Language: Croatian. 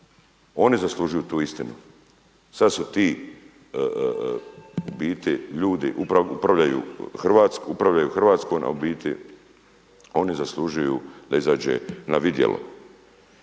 oni zaslužuju tu istinu. Sada su ti u biti ljudi upravljaju Hrvatskom, a u biti oni zaslužuju da izađe na vidjelo.